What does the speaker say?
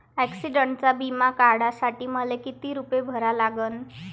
ॲक्सिडंटचा बिमा काढा साठी मले किती रूपे भरा लागन?